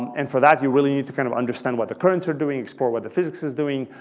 and for that you really need to kind of understand what the currents are doing, explore what the physics is doing.